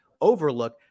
Overlook